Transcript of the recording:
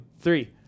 three